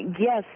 Yes